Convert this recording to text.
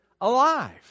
alive